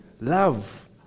love